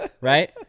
right